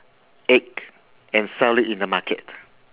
egg and sell it in the market